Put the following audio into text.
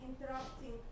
interrupting